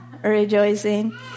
rejoicing